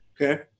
okay